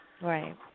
Right